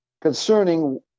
concerning